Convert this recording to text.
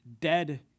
dead